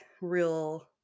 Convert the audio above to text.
real